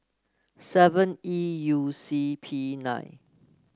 seven E U C P nine